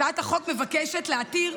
הצעת החוק מבקשת להתיר,